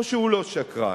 או שהוא לא שקרן?